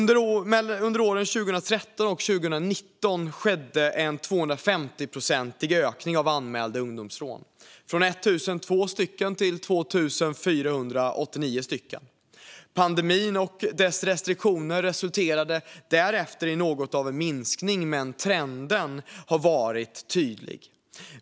Mellan åren 2013 och 2019 skedde en 250-procentig ökning av anmälda ungdomsrån - från 1 002 stycken till 2 489 stycken. Pandemin och dess restriktioner resulterade därefter i något av en minskning, men trenden har varit tydlig.